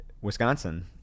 Wisconsin